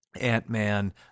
Ant-Man